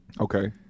Okay